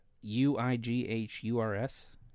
U-I-G-H-U-R-S